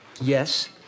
Yes